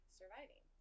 surviving